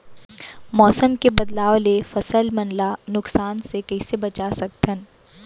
मौसम के बदलाव ले फसल मन ला नुकसान से कइसे बचा सकथन?